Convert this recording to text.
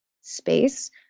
space